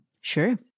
Sure